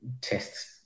tests